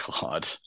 God